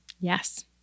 Yes